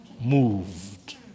moved